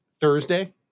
Thursday